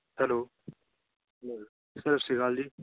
hello sir ਸਤਿ ਸ਼੍ਰੀ ਅਕਾਲ ਜੀ